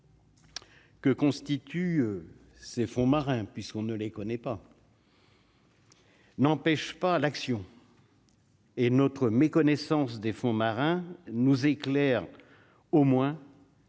Que constituent ces fonds marins puisqu'on ne les connaît pas. N'empêche pas l'action. Et notre méconnaissance des fonds marins nous éclaire au moins.